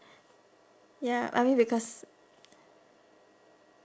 ya I mean because